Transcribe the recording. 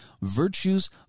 virtues